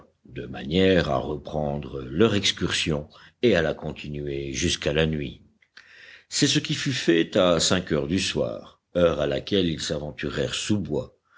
de manière à reprendre leur excursion et à la continuer jusqu'à la nuit c'est ce qui fut fait à cinq heures du soir heure à laquelle ils s'aventurèrent